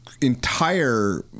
entire